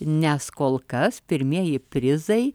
nes kol kas pirmieji prizai